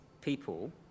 people